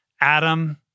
Adam